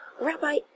Rabbi